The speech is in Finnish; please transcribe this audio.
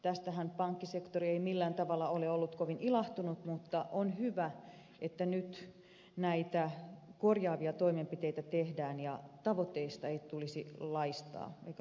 tästähän pankkisektori ei millään tavalla ole ollut kovin ilahtunut mutta on hyvä että nyt näitä korjaavia toimenpiteitä tehdään ja tavoitteista ei tulisi laistaa eikä luistaa